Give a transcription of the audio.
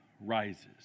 rises